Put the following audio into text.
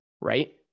Right